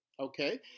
Okay